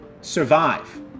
survive